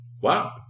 Wow